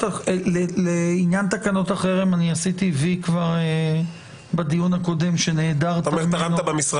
לעניין תקנות החרם עשיתי וי כבר בדיון הקודם שנעדרת ממנו.